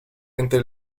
entre